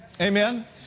Amen